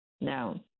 Now